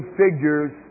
figures